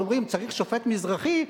כשאומרים: צריך שופט מזרחי,